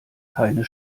keine